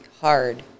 hard